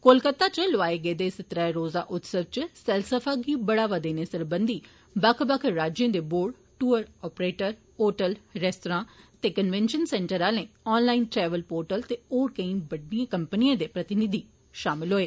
कोलकाता च लोआए गेदे इस त्रै रोजा उत्सव च सैलसफा गी बढ़ावा देने सरबंधी बक्ख बक्ख राज्यें दे बोर्ड टूर आपरेटर होटलें रेस्तराएं ते कन्वेशन सेंटरें आले आनलाईन ट्रैवल पोर्टल ते होर केंई बइडियें कम्पनियें दे प्रतिनिधि शामल होए